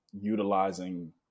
utilizing